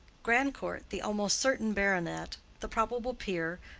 grandcourt, the almost certain baronet, the probable peer,